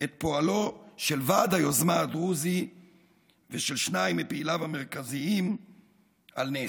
את פועלו של ועד היוזמה הדרוזי ושל שניים מפעיליו המרכזיים על נס,